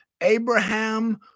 Abraham